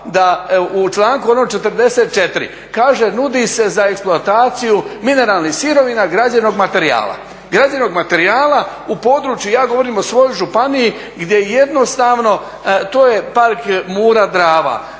u članku 44., kaže nudi se za eksploataciju … građevnog materijala u području, ja govorim o svojoj županiji gdje jednostavno to je park Mura-Drava,